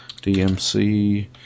DMC